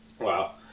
Wow